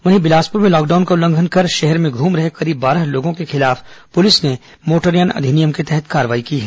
वहीं बिलासपुर में लॉकडाउन का उल्लंघन कर शहर में घूम रहे करीब बारह लोगों के खिलाफ पुलिस ने मोटरयान अधिनियम के तहत कार्रवाई की है